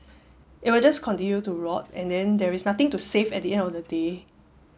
it will just continue to rot and then there is nothing to save at the end of the day